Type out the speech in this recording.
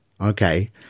okay